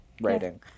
writing